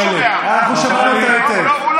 רע"מ דורשים חקירה בין-לאומית.